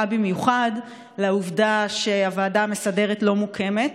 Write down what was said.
במיוחד של העובדה שהוועדה המסדרת לא מוקמת.